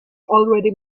already